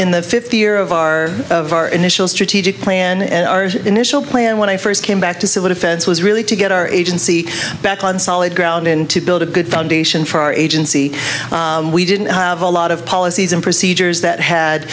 in the fifth year of our of our initial strategic plan and our initial plan when i first came back to civil defense was really to get our agency back on solid ground in to build a good foundation for our agency we didn't have a lot of policies and procedures that had